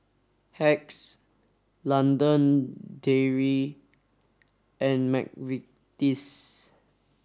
Hacks London Dairy and McVitie's